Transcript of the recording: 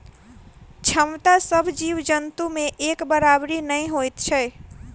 क्षमता सभ जीव जन्तु मे एक बराबरि नै होइत छै